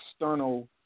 external